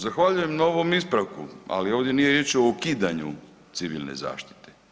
Zahvaljujem na ispravku, ali ovdje nije riječ o ukidanju Civilne zaštite.